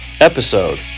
episode